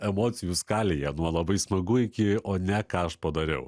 emocijų skalėje nuo labai smagu iki o ne ką aš padariau